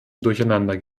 durcheinander